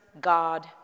God